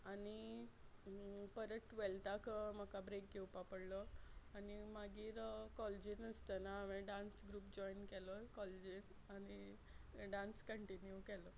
आनी आनी आनी परत टुवॅल्ताक म्हाका ब्रेक घेवपा पडलो आनी मागीर कॉलेजीन आसतना हांवें डान्स ग्रूप जॉयन केलो कॉलेजी आनी डान्स कंटिन्यू केलो